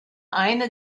eine